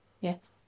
Yes